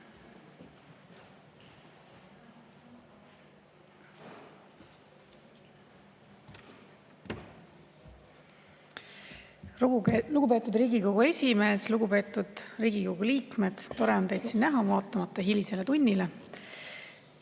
Lugupeetud Riigikogu esimees! Lugupeetud Riigikogu liikmed, tore on teid siin vaatamata hilisele tunnile